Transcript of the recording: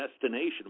destination